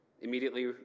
immediately